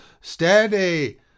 Steady